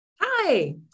Hi